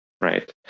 right